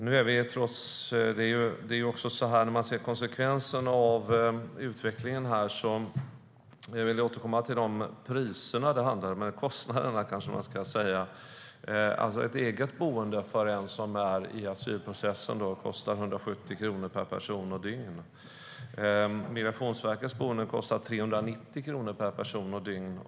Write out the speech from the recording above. När man ser konsekvenserna av utvecklingen vill jag återkomma till de kostnader som det handlar om. Ett eget boende för en som är i asylprocessen kostar 170 kronor per person och dygn. Migrationsverkets boende kostar 390 kronor per person och dygn.